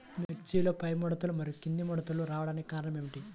మిర్చిలో పైముడతలు మరియు క్రింది ముడతలు రావడానికి కారణం ఏమిటి?